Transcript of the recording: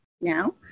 now